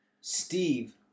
Steve